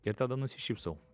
ir tada nusišypsau